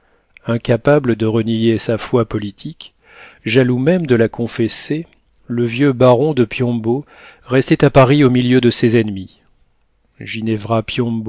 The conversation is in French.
incapable de renier sa foi politique jaloux même de la confesser le vieux baron de piombo restait à paris au milieu de ses ennemis ginevra